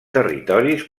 territoris